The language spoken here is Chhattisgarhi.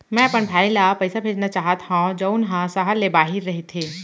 मै अपन भाई ला पइसा भेजना चाहत हव जऊन हा सहर ले बाहिर रहीथे